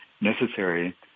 necessary